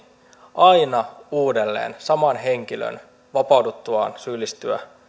aina uudelleen saman henkilön syyllistyä